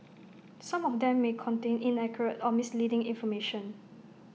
some of them may contain inaccurate or misleading information